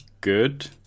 good